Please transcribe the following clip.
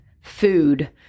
food